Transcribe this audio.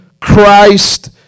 Christ